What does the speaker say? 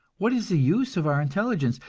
what is the use of our intelligence,